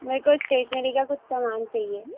میرے کو اسٹیسنری کا کچھ سامان چاہیے